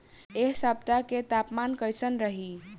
एह सप्ताह के तापमान कईसन रही?